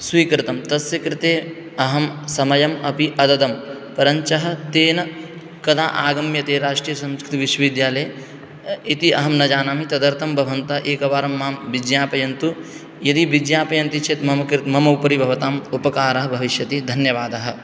स्वीकृतं तस्य कृते अहं समयम् अपि अददम् परञ्च तेन कदा आगम्यते राष्ट्रियसंस्कृतविश्वविद्यालये इति अहं न जानामि तदर्थं भवन्तः एकवारं मां विज्ञापयन्तु यदि विज्ञापयन्ति चेत् मम कृते मम उपरि भवताम् उपकारः भविष्यति धन्यवादः